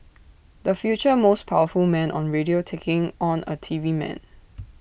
the future most powerful man on radio taking on A TV man